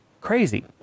crazy